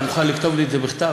אתה מוכן לתת לי את זה בכתב?